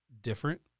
different